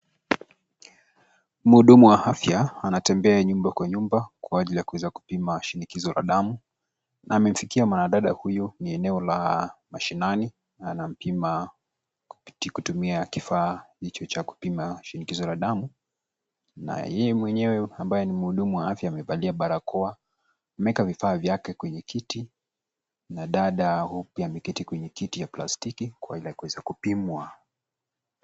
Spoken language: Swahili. Mhudumu wa afya anatembea nyumba kwa nyumba kwa ajili ya kuweza kupima shinikizo la damu. Na amemfikia mwanadada huyu. Ni eneo la mashinani na anampima kutumia kifaa hicho cha kupima shinikizo la damu. Na yeye mwenyewe ambaye ni mhudumu wa afya amevalia barakoa. Ameweka vifaa vyake kwenye kiti na dada huyo pia ameketi kwenye kiti ya plastiki kwa ajili ya kuweza kupimwa.